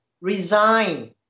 resign